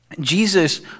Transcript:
Jesus